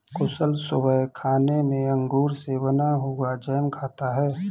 कुशल सुबह खाने में अंगूर से बना हुआ जैम खाता है